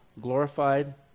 glorified